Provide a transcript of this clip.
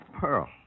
Pearl